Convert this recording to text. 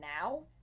now